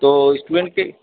তো স্টুডেন্টকে